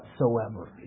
whatsoever